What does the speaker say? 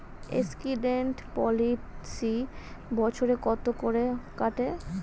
Accident policy বছরে কত করে কাটে?